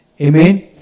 Amen